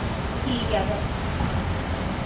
ठीक ऐ तां ओ